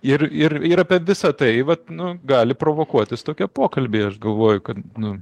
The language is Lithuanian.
ir ir ir apie visą tai vat nu gali provokuotis tokie pokalbiai aš galvoju kad nu